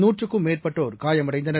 நூற்றுக்கும் மேற்டட்டோர் காயமடைந்தனர்